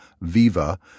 Viva